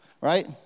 right